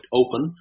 open